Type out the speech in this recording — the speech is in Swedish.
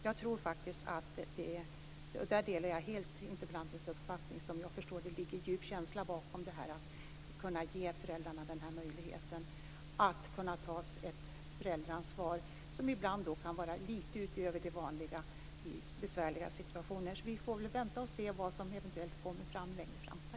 Jag tror faktiskt, och där delar jag helt interpellantens uppfattning som jag förstår att det ligger en djup känsla bakom, att man bör kunna ge föräldrarna denna möjlighet att ta ett föräldraansvar som ibland kan vara lite utöver det vanliga i besvärliga situationer. Vi får väl vänta och se vad som eventuellt kommer längre fram.